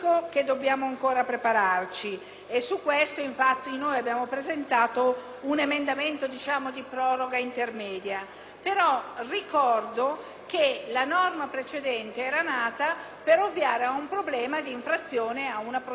che la norma precedente era nata per ovviare a un problema legato a una procedura europea di infrazione. Con questa proroga, ci rimettiamo dunque in condizioni di assoluta difficoltà quando non di inadempienza.